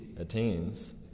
attains